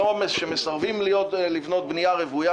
שמסרבים לבנות בנייה רוויה